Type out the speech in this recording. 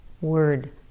word